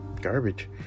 garbage